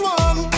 one